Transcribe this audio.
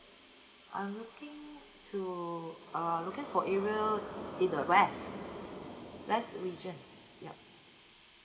I'm looking to uh looking for area in the west west region yup